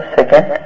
Second